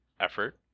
effort